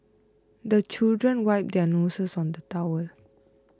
the children wipe their noses on the towel